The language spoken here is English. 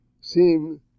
seem